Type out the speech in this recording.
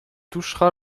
touchera